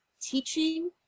teaching